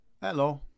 Hello